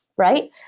right